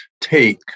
take